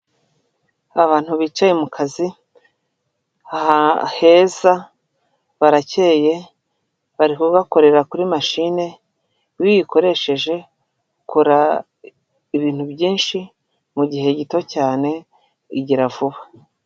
Abantu bicaye mu mukazi aha heza, barakeye bariho korera kuri mashine iyo uyikoresheje ukora ibintu byinshi mu gihe gito cyane igira vuba.